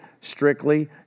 strictly